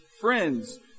friends